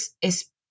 es